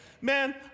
Man